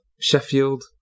Sheffield